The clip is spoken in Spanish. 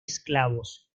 esclavos